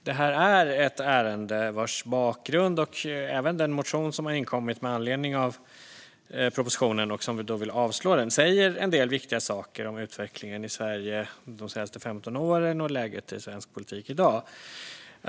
Det är ett ärende vars bakgrund - och även den motion som har inkommit med anledning av propositionen, och som vill avslå den - säger en del viktiga saker om utvecklingen i Sverige de senaste 15 åren och läget i svensk politik i dag.